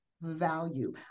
value